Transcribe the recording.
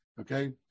okay